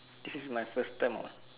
this is my first time [what]